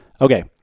Okay